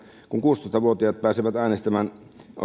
kun kuusitoista vuotiaat pääsevät äänestämään